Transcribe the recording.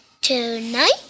tonight